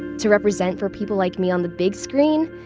to represent for people like me on the big screen.